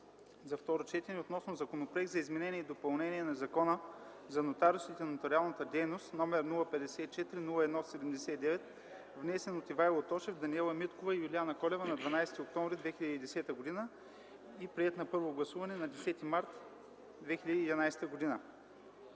за второ четене относно Законопроект за изменение и допълнение на Закона за нотариусите и нотариалната дейност № 054-01-79, внесен от Ивайло Тошев, Даниела Миткова и Юлиана Колева на 12 октомври 2010 г. и приет на първо гласуване на 10 март 2011 г.